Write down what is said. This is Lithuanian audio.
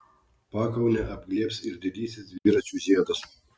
pakaunę apglėbs ir didysis dviračių žiedas